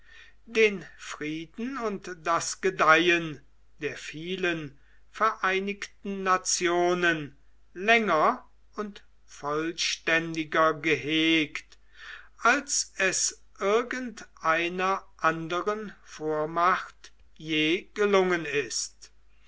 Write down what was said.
den frieden und das gedeihen der vielen vereinigten nationen länger und vollständiger gehegt als es irgendeiner anderen vormacht je gelungen ist